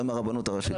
לא עם הרבנות הראשית,